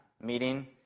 meeting